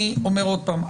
אני אומר עוד פעם,